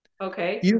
Okay